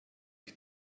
ich